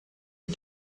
die